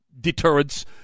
deterrence